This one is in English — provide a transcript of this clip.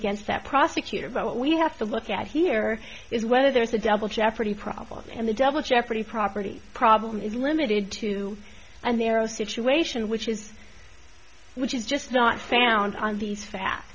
against that prosecutor but what we have to look at here is whether there's a double jeopardy problem and the double jeopardy property problem is limited to and there a situation which is which is just not found on these fa